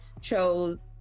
chose